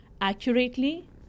accurately